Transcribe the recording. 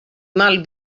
mal